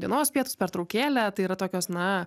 dienos pietus pertraukėlę tai yra tokios na